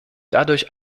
dadurch